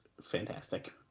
fantastic